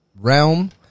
realm